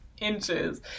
inches